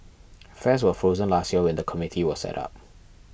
fares were frozen last year when the committee was set up